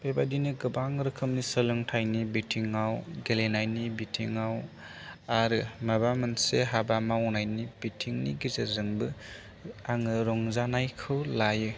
बेबायदिनो गोबां रोखोमनि सोलोंथाइनि बिथिङाव गेलेनायनि बिथिङाव आरो माबा मोनसे हाबा मावनायनि बिथिंनि गेजेरजोंबो आङो रंजानायखौ लायो